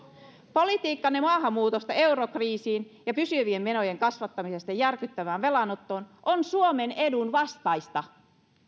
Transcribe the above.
politiikkanne maahanmuutosta eurokriisiin ja pysyvien menojen kasvattamisesta järkyttävään velanottoon on suomen edun vastaista